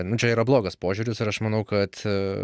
nu čia yra blogas požiūris ir aš manau kad